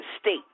state